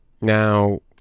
Now